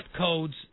Codes